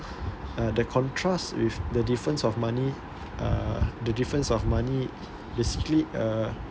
uh the contrast with the difference of money uh the difference of money basically uh